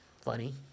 funny